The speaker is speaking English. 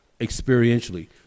experientially